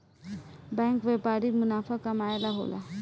bank व्यापारिक मुनाफा कमाए ला होला